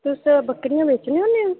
तुस बक्करियां बेचने होन्ने